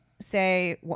say